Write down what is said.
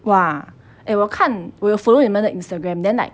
!wah! eh 我看我有 follow 你们的 instagram then like